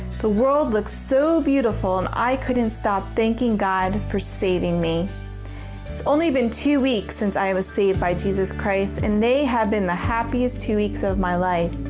the world looked so beautiful and i couldn't stop thanking god for saving me. it has only been two weeks since i was saved by jesus christ, and they have been the happiest two weeks of my life.